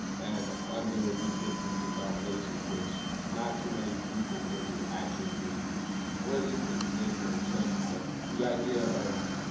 and under these systems of domination, which not too many people really actively or at least in today's world it's changing. but the idea of